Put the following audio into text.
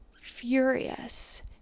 furious